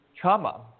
trauma